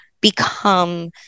become